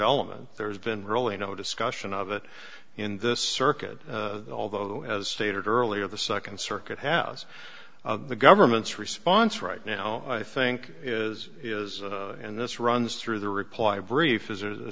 element there's been really no discussion of it in this circuit although as stated earlier the second circuit has the government's response right now i think is is and this runs through the reply brief is there's a